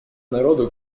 народу